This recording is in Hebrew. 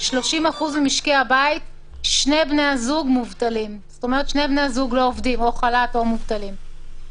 ב-30% ממשקי הבית שני בני הזוג לא עובדים או בחל"ת או מובטלים.